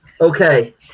Okay